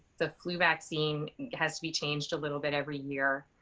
the flu vaccine has to be changed a little bit every year,